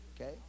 Okay